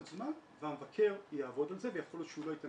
זמן והמבקר יעבוד על זה ויכול להיות שהוא לא ייתן